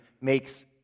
makes